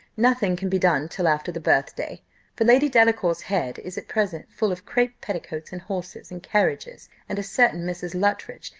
nothing can be done till after the birthday for lady delacour's head is at present full of crape petticoats, and horses, and carriages, and a certain mrs. luttridge,